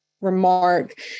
remark